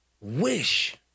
wish